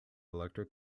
electric